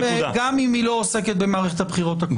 גם אם לא עוסקת במערכת הבחירות הקרובות.